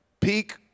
peak